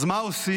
אז מה עושים?